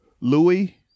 Louis